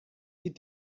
die